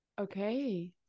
okay